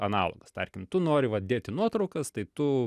analogas tarkim tu nori vat dėti nuotraukas tai tu